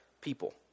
people